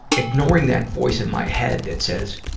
ignoring that voice in my head that says,